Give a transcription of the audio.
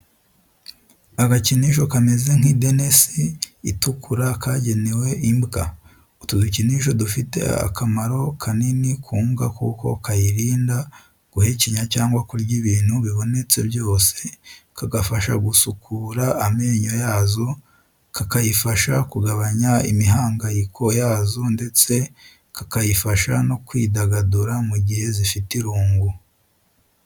Agakinisho kameze nk'idenesi itukura kagenewe imbwa. Utu dukinisho dufite akamaro kanini ku mbwa kuko kayirinda guhekenya cyangwa kurya ibintu bibonetse byose, kagafasha gusukura amenyo yazo, kakayifasha kugabanya imihangayiko yazo ndetse kakayifasha no kwidagadura mu gihe zifite irungu.